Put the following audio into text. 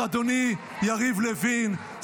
אז אדוני יריב לוין,